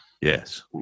yes